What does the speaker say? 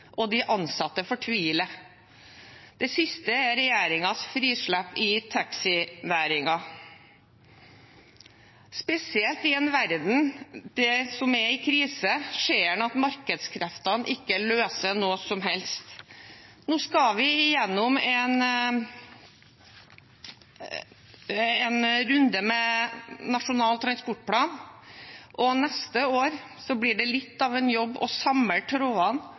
Og de ansatte fortviler. Det siste er regjeringens frislepp i taxinæringen. Spesielt i en verden som er i krise, ser en at markedskreftene ikke løser noe som helst. Nå skal vi gjennom en runde med Nasjonal transportplan, og neste år blir det litt av en jobb å samle trådene